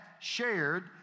shared